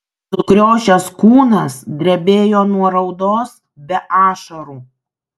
sukriošęs kūnas drebėjo nuo raudos be ašarų